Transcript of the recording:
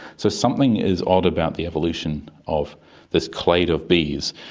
so something is odd about the evolution of this clade of bees.